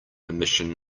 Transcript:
emission